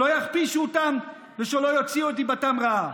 שלא יכפישו אותם ושלא יוציאו את דיבתם רעה.